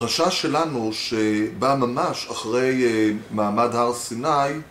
חשש שלנו שבא ממש אחרי מעמד הר סיני